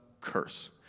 curse